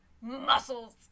muscles